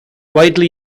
widely